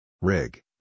Rig